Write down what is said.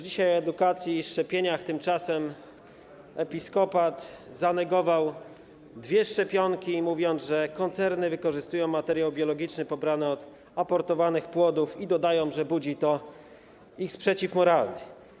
Dzisiaj mówimy o edukacji i szczepieniach, tymczasem Episkopat zanegował dwie szczepionki, stwierdzając, że koncerny wykorzystują materiał biologiczny pobrany od abortowanych płodów i dodając, że budzi to ich sprzeciw moralny.